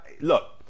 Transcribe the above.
Look